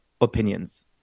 opinions